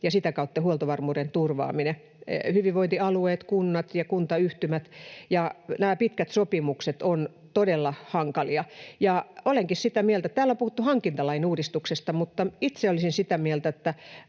ja sitä kautta huoltovarmuuden turvaaminen, hyvinvointialueet, kunnat ja kuntayhtymät. Nämä pitkät sopimukset ovat todella hankalia. Täällä on puhuttu hankintalain uudistuksesta, mutta itse olisin sitä mieltä,